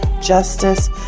justice